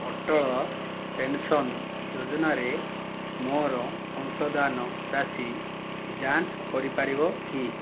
Atal pension ଯୋଜନାରେ ମୋର ଅଂଶଦାନ ରାଶି ଯାଞ୍ଚ କରିପାରିବ କି